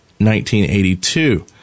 1982